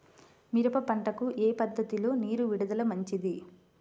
మిరప పంటకు ఏ పద్ధతిలో నీరు విడుదల మంచిది?